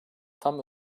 tam